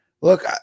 Look